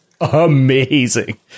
amazing